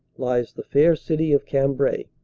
lies the fair city of cambrai.